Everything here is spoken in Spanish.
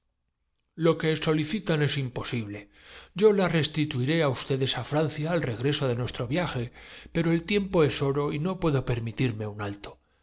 lo que solicitan es imposible yo las restituiré á de entusiasmo resonó en la estancia ustedes á francia al regreso de nuestro viaje pero el allí se divisan los combatientesexclamó naná tiempo es oro y no puedo permitirme un alto